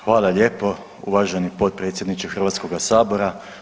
Hvala lijepo uvaženi potpredsjedniče Hrvatskoga sabora.